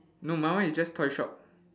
no my one is just toy shop